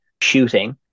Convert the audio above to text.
shooting